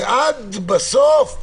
ועד בסוף,